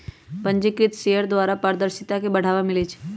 पंजीकृत शेयर द्वारा पारदर्शिता के बढ़ाबा मिलइ छै